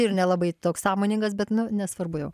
ir nelabai toks sąmoningas bet nu nesvarbu jau